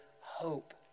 hope